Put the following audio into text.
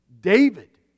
David